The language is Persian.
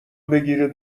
بگیرید